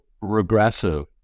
regressive